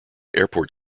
airport